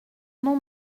non